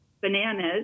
bananas